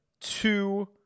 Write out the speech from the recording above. two